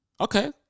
okay